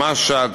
משהד,